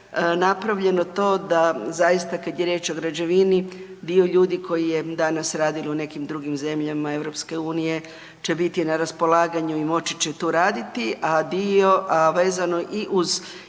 napravljeno to da zaista kad je riječ o građevini dio ljudi koji je danas radilo u nekim drugim zemljama EU će biti na raspolaganju i moći će tu raditi, a dio, a vezano i uz industriju